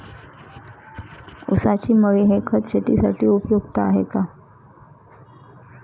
ऊसाची मळी हे खत शेतीसाठी उपयुक्त आहे का?